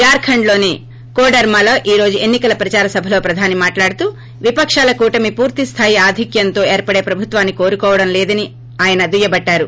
ఝార్హండ్లోని కోడర్మాలో ఈ రోజు ఎన్నికల ప్రదార సభలో ప్రదాని మాట్లాడుతూ విపకాల కూటమి పూర్తి స్థాయి ఆధిక్యంతో ఏర్పడే ప్రభుత్వాన్ని కోరుకోవడం లేదని ఆయన దుయ్యబట్టారు